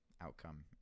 outcome